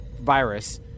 virus